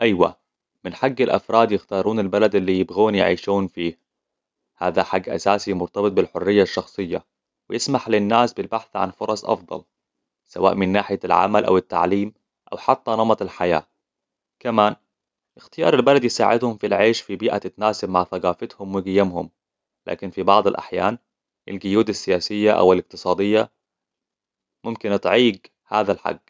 أيوة، من حق الأفراد يختارون البلد اللي يبقون يعيشون فيه. هذا حق أساسي مرتبط بالحرية الشخصية، ويسمح للناس بالبحث عن فرص أفضل. سواء من ناحية العمل أو التعليم، أو حتى نمط الحياة. كمان، إختيار البلد يساعدهم في العيش في بيئة تتناسب مع ثقافتهم وقيمهم. لكن في بعض الأحيان، القيود السياسية أو الاقتصادية ممكن تعيق هذا الحق